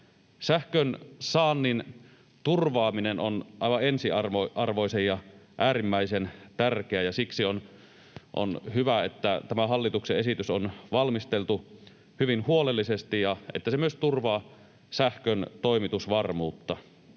Sähkön saannin turvaaminen on aivan ensiarvoisen ja äärimmäisen tärkeää, ja siksi on hyvä, että tämä hallituksen esitys on valmisteltu hyvin huolellisesti ja että se myös turvaa sähkön toimitusvarmuutta.